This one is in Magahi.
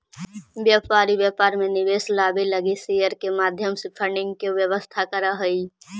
व्यापारी व्यापार में निवेश लावे लगी शेयर के माध्यम से फंडिंग के व्यवस्था करऽ हई